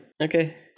okay